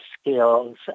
skills